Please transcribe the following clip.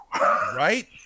right